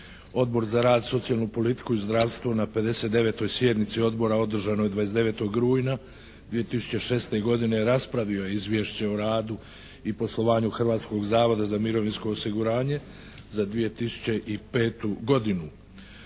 Odbor za rad, socijalnu politiku i zdravstvo na 59. sjednici Odbora održanoj 29. rujna 2006. godine raspravio je izvješće o radu i poslovanju Hrvatskog zavoda za mirovinsko osiguranje za 2005. godinu.